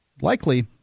likely